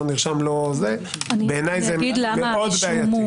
בעיניי זה מאוד בעייתי.